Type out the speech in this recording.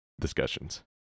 discussions